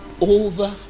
over